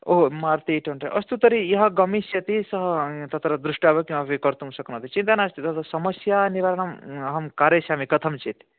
ओ हो Maruti eight hundred अस्तु तर्हि य गमिष्यति स तत्र दृष्ट्वा किमपि कर्तुं शक्नोति चिन्ता नास्ति तत् समस्या निवारणं अहं कारयिष्यामि कथञ्चित्